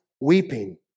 weeping